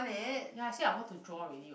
ya I said I want to draw already [what]